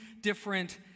different